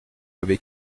avait